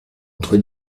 entre